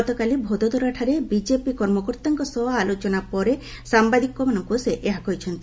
ଗତକାଳି ଭଦୋଦରାଠାରେ ବିଜେପି କର୍ମକର୍ତ୍ତାଙ୍କ ସହ ଆଲୋଚନା ପରେ ସାମ୍ବାଦିକମାନଙ୍କୁ ସେ ଏହା କହିଛନ୍ତି